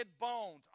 bones